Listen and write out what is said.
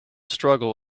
struggle